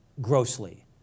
grossly